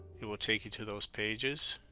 it will take you to those pages